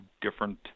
different